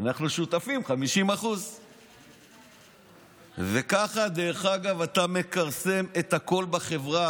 אנחנו שותפים 50%. ככה אתה מכרסם את הכול בחברה.